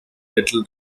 little